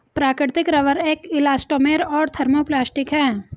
प्राकृतिक रबर एक इलास्टोमेर और एक थर्मोप्लास्टिक है